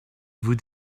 vous